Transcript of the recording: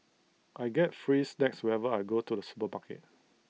I get free snacks whenever I go to the supermarket